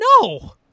no